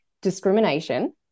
discrimination